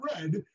red